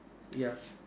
yup